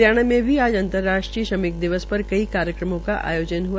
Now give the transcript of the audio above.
हरियाणा में भी आज अंतर्राष्ट्रीय श्रमिक दिवस पर कई कार्यक्रमों का आयोजन हआ